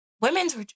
Women's